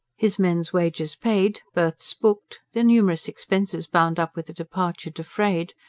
his men's wages paid, berths booked, the numerous expenses bound up with a departure defrayed,